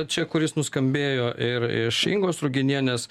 čia kuris nuskambėjo ir iš ingos ruginienės